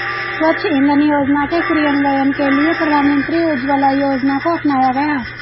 स्वच्छ इंधन योजना के क्रियान्वयन के लिए प्रधानमंत्री उज्ज्वला योजना को अपनाया गया